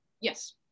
yes